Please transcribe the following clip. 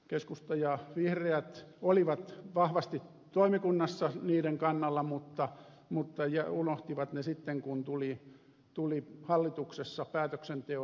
keskusta ja vihreät olivat vahvasti toimikunnassa niiden kannalla mutta unohtivat ne sitten kun tuli hallituksessa päätöksenteon aika